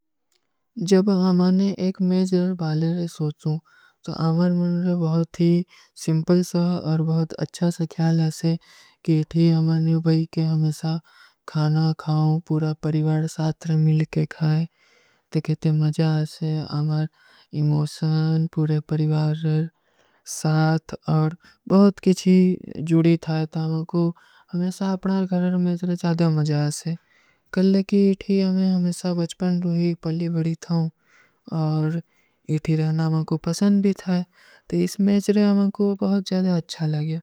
ଜବ ହମାନେ ଏକ ମେଜର ବାଲେର ସୋଚୂ, ତୋ ଆମାର ମନରେ ବହୁତୀ ସିଂପଲ ସା ଔର ବହୁତ ଅଚ୍ଛା ସା ଖ୍ଯାଲ ହୈସେ କି ଇଠୀ ହମାନେ ଉବଈ କେ ହମେସା ଖାନା ଖାଓ, ପୂରା ପରିଵାର ସାଥର ମିଲକେ ଖାଏ, ତେ କିତେ ମଜା ହୈସେ, ଆମାର ଇମୋଶନ, ପୂରେ ପରିଵାର ସାଥର ଔର ବହୁତ କିଛୀ ଜୁଡୀ ଥାଏ, ତୋ ଆମାର କୋ ହମେସା ଅପନାର କରେଂ, ହମେସା ଜ୍ଯାଦା ମଜା ହୈସେ। କଲକୀ ଇଠୀ ହମେଂ ହମେସା ବଚ୍ପନ ତୋ ହୀ ପଢଲୀ ବଡୀ ଥାଓ, ଔର ଇଠୀ ରହନା ଆମାର କୋ ପସଂଦ ଭୀ ଥାଏ, ତୋ ଇସ ମେଂ ଜ୍ଯାଦା ଆମାର କୋ ବହୁତ ଜ୍ଯାଦା ଅଚ୍ଛା ଲଗେ।